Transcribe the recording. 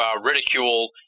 ridicule